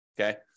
okay